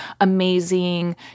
amazing